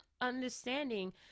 understanding